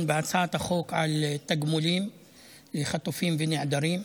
בהצעת החוק על תגמולים לחטופים ונעדרים,